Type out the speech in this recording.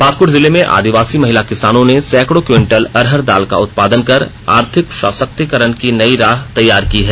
पाकुड़ जिले में आदिवासी महिला किसानों ने सैकड़ो क्विंटल अड़हर दाल का उत्पाद कर आर्थिक संबक्तीकरण की नई राह तैयार की है